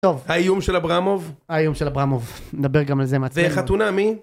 טוב, האיום של אברמוב. האיום של אברמוב, נדבר גם על זה מעצבן נו. וחתונה מי?